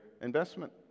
investment